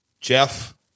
Jeff